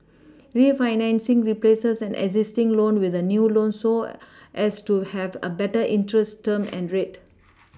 refinancing replaces an existing loan with a new loan so as to have a better interest term and rate